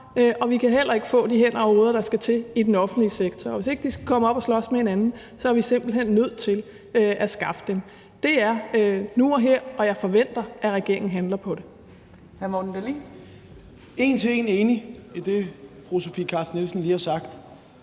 og vi kan heller ikke få de hænder og hoveder, der skal til i den offentlige sektor. Og hvis ikke de skal komme op at slås med hinanden, er vi simpelt hen nødt til at skaffe dem. Det er nu og her, og jeg forventer, at regeringen handler på det. Kl. 15:12 Fjerde næstformand (Trine Torp):